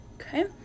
okay